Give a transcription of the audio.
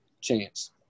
chance